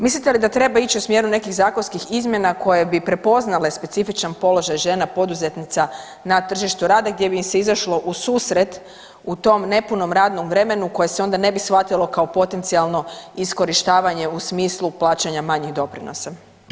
Mislite li da treba ići u smjeru nekih zakonskih izmjena koje bi prepoznale specifičan položaj žena poduzetnica na tržištu rada gdje bi im se izašlo u susret u tom nepunom radnom vremenu koje se onda ne bi shvatilo kao potencijalno iskorištavanje u smislu plaćanja manjih doprinosa.